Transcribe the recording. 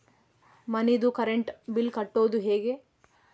ಮನಿದು current bill ಕಟ್ಟೊದು ಹೇಗೆ?